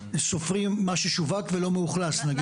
ואז סופרים מה ששווק ולא מאוכלס נגיד.